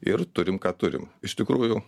ir turim ką turim iš tikrųjų